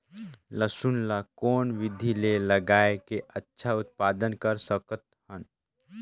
लसुन ल कौन विधि मे लगाय के अच्छा उत्पादन कर सकत हन?